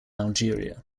algeria